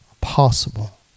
possible